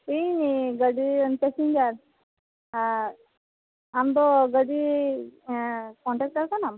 ᱤᱧ ᱜᱟᱹᱰᱤ ᱨᱮᱱ ᱯᱮᱥᱮᱱᱡᱟᱨ ᱟᱢᱫᱚ ᱜᱟᱹᱰᱤ ᱠᱚᱱᱴᱮᱠᱴᱟᱨ ᱠᱟᱱᱟᱢ